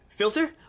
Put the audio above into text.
Filter